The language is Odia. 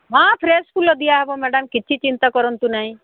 ହଁ ଫ୍ରେସ୍ ଫୁଲ ଦିଆ ହବ ମ୍ୟାଡ଼ାମ୍ କିଛି ଚିନ୍ତା କରନ୍ତୁ ନାହିଁ